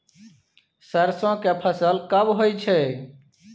सरसो के फसल कब होय छै?